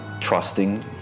trusting